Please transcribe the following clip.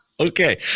Okay